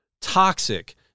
toxic